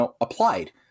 applied